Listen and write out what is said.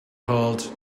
called